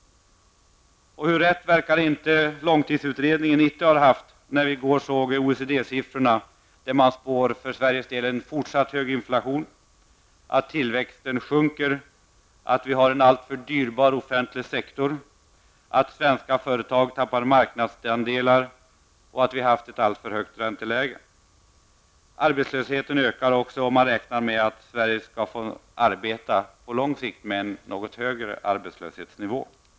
Hur rätt verkar inte långtidsutredningen 90 ha haft! I går fick vi OECDs siffror. Där spår man för Sveriges del fortsatt hög inflation och att tillväxten sjunker. Man säger att vi har en alltför dyrbar offentlig sektor, att svenska företag tappar marknadsandelar och att vi haft ett alltför högt ränteläge. Arbetslösheten ökar också, och man räknar med att Sverige på lång sikt får arbeta med en något högre arbetslöshet.